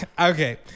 Okay